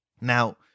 Now